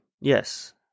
Yes